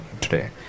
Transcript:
today